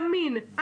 המין,